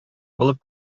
булып